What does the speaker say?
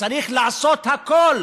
צריך לעשות הכול